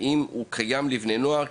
האם זה קיים עבור רק בני נוער?